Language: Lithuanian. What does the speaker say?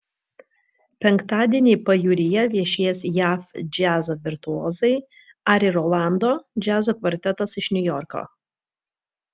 penktadienį pajūryje viešės jav džiazo virtuozai ari rolando džiazo kvartetas iš niujorko